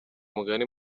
umugani